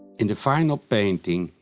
in the final painting,